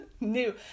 New